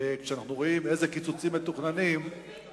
כשאנחנו רואים אילו קיצוצים מתוכננים, אתה